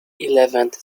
eleventh